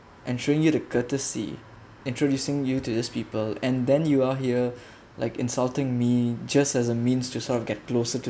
ensuring you have the courtesy introducing you to these people and then you are here like insulting me just as a means to sort of get closer to